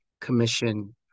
commission